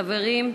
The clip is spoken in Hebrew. חברים,